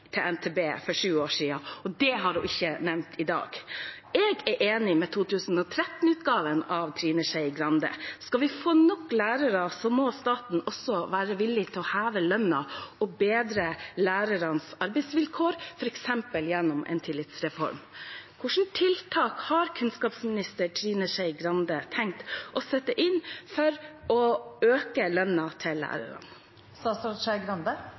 til NTB for sju år siden, og det har hun ikke nevnt i dag. Jeg er enig med 2013-utgaven av Trine Skei Grande. Skal vi få nok lærere, må staten også være villig til å heve lønna og bedre lærernes arbeidsvilkår, f.eks. gjennom en tillitsreform. Hvilke tiltak har kunnskapsminister Trine Skei Grande tenkt å sette inn for å øke lønna til lærerne?